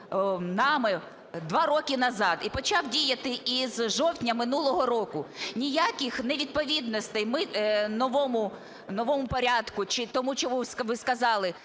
нами два роки назад і почав діяти із жовтня минулого року. Ніяких невідповідностей новому порядку чи тому, чому ви сказали,